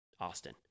austin